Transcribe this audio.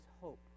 hope